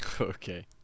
Okay